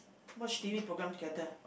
watch T_V programme together